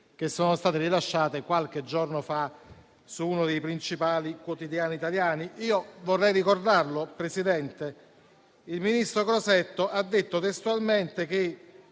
sue dichiarazioni rilasciate qualche giorno fa su uno dei principali quotidiani italiani. Io vorrei ricordare, signor Presidente, che il ministro Crosetto ha detto testualmente che